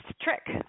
trick